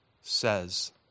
says